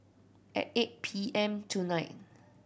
at eight P M tonight